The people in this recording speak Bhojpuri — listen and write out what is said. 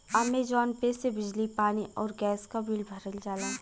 अमेजॉन पे से बिजली पानी आउर गैस क बिल भरल जाला